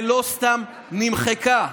לא סתם נמחקה.